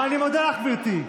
אני מודה לך, גברתי.